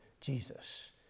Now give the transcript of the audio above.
Jesus